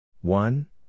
one